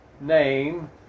name